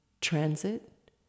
transit